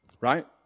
Right